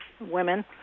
women